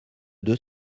deux